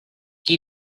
qui